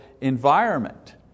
environment